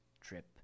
trip